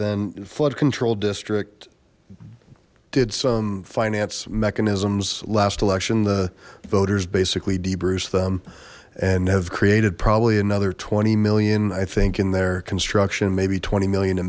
then flood control district did some finance mechanisms last election the voters basically debruce them and have created probably another twenty million i think in their construction maybe twenty million